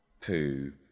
poo